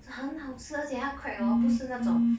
是很好吃而且它 crack orh 不是那种